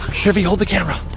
here vy, hold the camera.